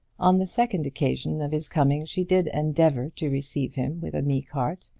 on the second occasion of his coming she did endeavour to receive him with a meek heart,